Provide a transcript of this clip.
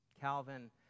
Calvin